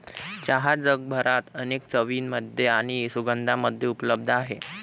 चहा जगभरात अनेक चवींमध्ये आणि सुगंधांमध्ये उपलब्ध आहे